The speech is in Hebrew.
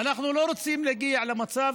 ואנחנו לא רוצים להגיע למצב